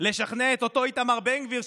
לשכנע את אותו איתמר בן גביר,